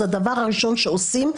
הדבר הראשון שעושים,